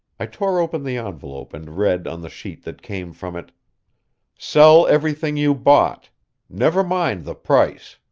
i tore open the envelope and read on the sheet that came from it sell everything you bought never mind the price.